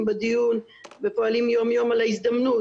בדיון ופועלים יום יום על ההזדמנות